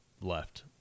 left